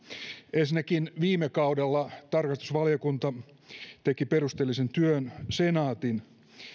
ensinnäkin viime kaudella tarkastusvaliokunta teki perusteellisen työn senaatin